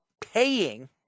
paying